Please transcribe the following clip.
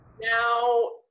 Now